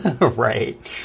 Right